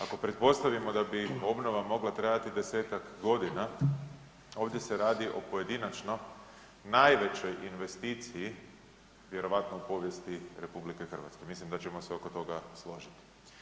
Ako pretpostavimo da bi obnova mogla trajati 10-tak godina ovdje se radi o pojedinačno najvećoj investiciji vjerojatno u povijesti RH, mislim da ćemo se oko toga složiti.